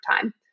time